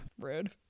rude